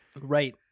Right